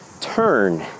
turn